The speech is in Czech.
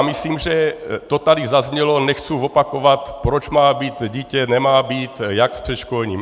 Myslím, že to tady zaznělo, nechci opakovat, proč má být dítě, nemá být, jak v předškolním.